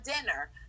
dinner